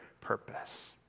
purpose